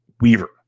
Weaver